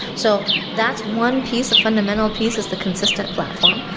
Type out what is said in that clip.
so that's one piece of fundamental piece is the consistent platform.